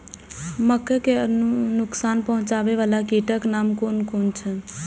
मके के नुकसान पहुँचावे वाला कीटक नाम कुन कुन छै?